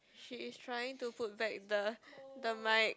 she is trying to put back the the mic